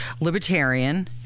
libertarian